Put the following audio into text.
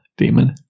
Demon